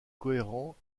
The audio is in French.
cohérent